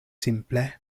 simple